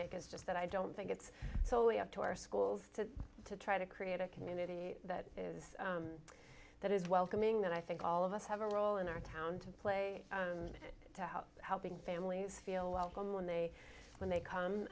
make is just that i don't think it's solely up to our schools to try to create a community that is that is welcoming that i think all of us have a role in our town to play and to help helping families feel welcome when they when they come